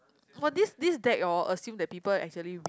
!wah! this this deck orh assume that people actually read